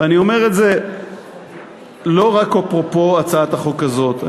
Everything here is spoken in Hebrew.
ואני אומר את זה לא רק אפרופו הצעת החוק הזאת,